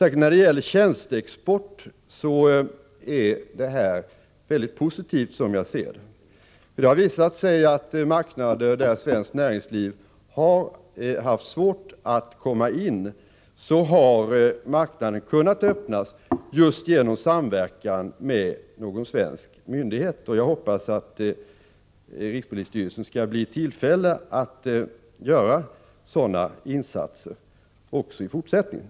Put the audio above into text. Särskilt när det gäller tjänsteexport är detta, som jag ser det, mycket positivt. Det har visat sig att marknader där svenskt näringsliv haft svårigheter att komma in har kunnat öppnas just genom samverkan med någon svensk myndighet. Jag hoppas att rikspolisstyrelsen skall bli i tillfälle att göra sådana insatser också i fortsättningen.